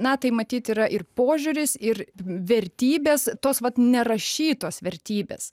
na tai matyt yra ir požiūris ir vertybės tos vat nerašytos vertybės